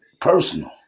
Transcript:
personal